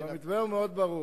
המתווה הוא ברור מאוד: